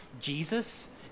Jesus